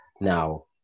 now